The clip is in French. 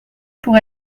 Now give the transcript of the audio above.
pour